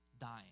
dying